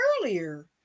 earlier